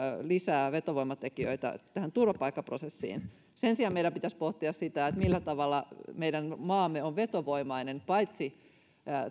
lisää vetovoimatekijöitä turvapaikkaprosessiin sen sijaan meidän pitäisi pohtia sitä millä tavalla meidän maamme on vetovoimainen paitsi